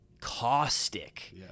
caustic